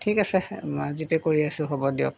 ঠিক আছে জিপে' কৰি আছোঁ হ'ব দিয়ক